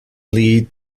lead